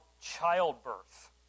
childbirth